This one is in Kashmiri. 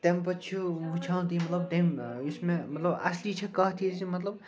تَمہِ پتہٕ چھُو وٕچھان تہٕ مطلب تٔمۍ یُس مےٚ مطلب اصلی چھےٚ کَتھ یہِ زِ مطلب